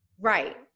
Right